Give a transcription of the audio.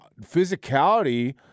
physicality